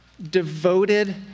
devoted